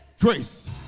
grace